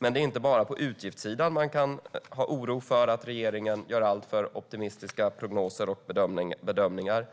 Men det är inte bara på utgiftssidan som man kan oroas över att regeringen gör alltför optimistiska prognoser och bedömningar.